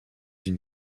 une